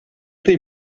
they